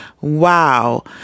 Wow